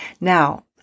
now